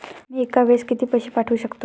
मी एका वेळेस किती पैसे पाठवू शकतो?